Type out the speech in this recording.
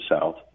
South